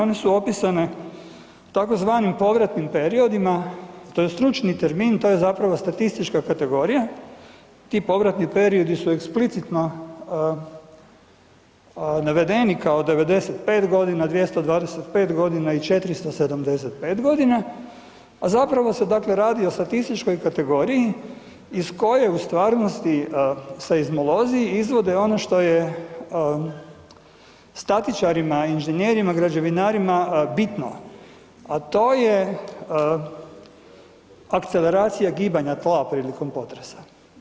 One su opisane tzv. povratnim periodima, to je stručni termin, to je zapravo statistička kategorija, ti povratni periodi su eksplicitno navedeni kao 95.g., 225.g. i 475.g., a zapravo se dakle radi o statističkoj kategoriji iz koje u stvarnosti seizmolozi izvode ono što je statičarima, inženjerima, građevinarima bitno, a to je akceleracija gibanja tla prilikom potresa.